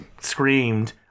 screamed